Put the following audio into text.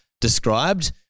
described